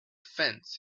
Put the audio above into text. fence